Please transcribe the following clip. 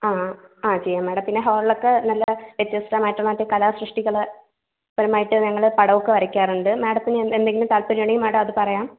ആ ആ ആ ചെയ്യാം മേഡം പിന്നെ ഹോളിലൊക്കെ നല്ല വ്യത്യസ്തമായിട്ടുള്ള മറ്റേ കലാസൃഷ്ടികൾ പരമായിട്ട് ഞങ്ങൾ പടമൊക്കെ വരയ്ക്കാറുണ്ട് മാഡത്തിന് എന്തെങ്കിലും താല്പര്യം ഉണ്ടെങ്കിൽ മാഡം അത് പറയാം